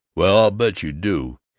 well, i'll bet you do!